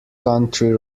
country